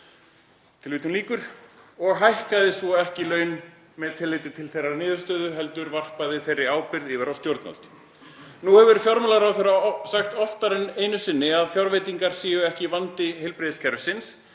til ábyrgðar“, en hækkaði svo ekki laun með tilliti til þeirrar niðurstöðu heldur varpaði þeirri ábyrgð yfir á stjórnvöld. Nú hefur fjármálaráðherra sagt oftar en einu sinni að fjárveitingar séu ekki vandi heilbrigðiskerfisins